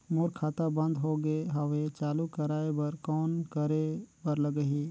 मोर खाता बंद हो गे हवय चालू कराय बर कौन करे बर लगही?